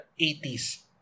80s